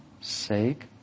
Sake